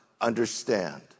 understand